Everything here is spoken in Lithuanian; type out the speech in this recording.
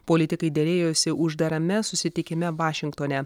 politikai derėjosi uždarame susitikime vašingtone